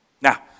Now